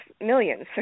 millions